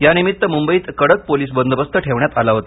यानिमित्त मुंबईत कडक पोलीस बंदोबस्त ठेवण्यात आला होता